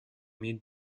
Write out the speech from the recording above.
mid